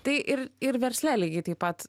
tai ir ir versle lygiai taip pat